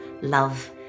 love